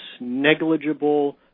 negligible